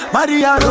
Maria